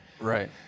Right